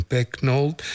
Pecknold